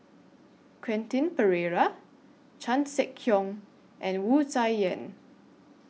Quentin Pereira Chan Sek Keong and Wu Tsai Yen